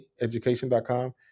education.com